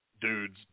dudes